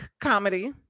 comedy